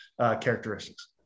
characteristics